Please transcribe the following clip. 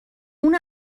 اون